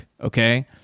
okay